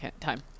time